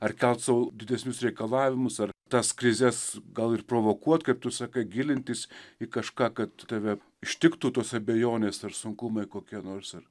ar kelti sau didesnius reikalavimus ar tas krizes gal ir provokuot kaip tu sakai gilintis į kažką kad tave ištiktų tos abejonės ar sunkumai kokie nors ir